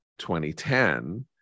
2010